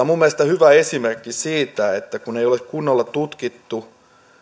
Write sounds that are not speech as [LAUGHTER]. [UNINTELLIGIBLE] minun mielestäni hyvä esimerkki siitä kun ei ole kunnolla tutkittu